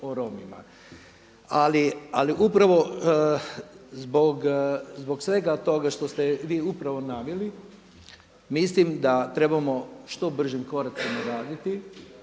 Ali upravo zbog svega toga što ste vi upravo naveli mislim da trebamo što bržim koracima raditi